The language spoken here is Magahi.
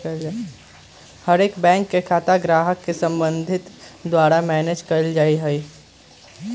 हर एक बैंक के खाता के सम्बन्धित ग्राहक के द्वारा मैनेज कइल जा हई